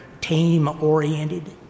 team-oriented